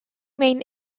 main